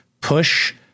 push